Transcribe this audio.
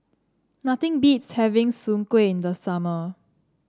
nothing beats having Soon Kueh in the summer